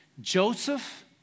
Joseph